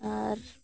ᱟᱨ